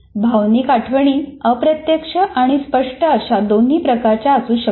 भावनिक आठवणी अप्रत्यक्ष आणि स्पष्ट अशा दोन्ही प्रकारच्या असू शकतात